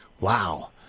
Wow